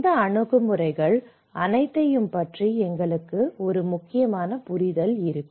இந்த அணுகுமுறைகள் அனைத்தையும் பற்றி எங்களுக்கு ஒரு முக்கியமான புரிதல் இருக்கும்